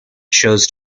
chose